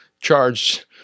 charged